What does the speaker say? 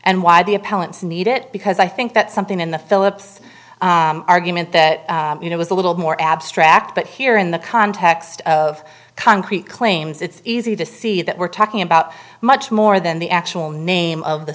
and why the appellant's need it because i think that something in the philips argument that you know was a little more abstract but here in the context of concrete claims it's easy to see that we're talking about much more than the actual name of the